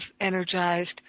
energized